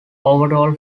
overall